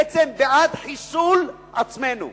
בעצם בעד חיסול עצמנו.